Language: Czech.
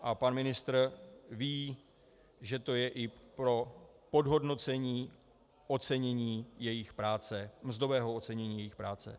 A pan ministr ví, že to je i pro podhodnocení ocenění jejich práce, mzdového ocenění jejich práce.